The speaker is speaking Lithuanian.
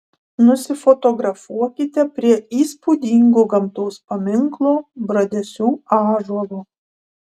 nusifotografuokite prie įspūdingo gamtos paminklo bradesių ąžuolo